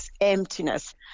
emptiness